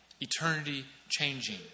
eternity-changing